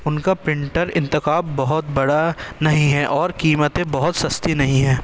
ان کا پنٹر انتخاب بہت بڑا نہیں ہے اور قیمتیں بہت سستی نہیں ہیں